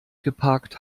geparkt